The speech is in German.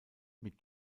mit